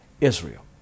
Israel